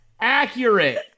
accurate